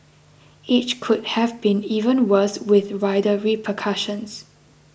each could have been even worse with wider repercussions